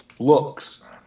looks